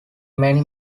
many